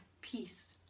peace